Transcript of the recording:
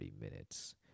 minutes